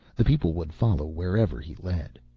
the people would follow wherever he led.